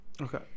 okay